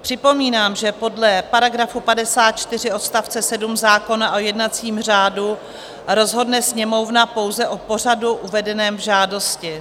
Připomínám, že podle § 54 odst. 7 zákona o jednacím řádu rozhodne Sněmovna pouze o pořadu uvedeném v žádosti.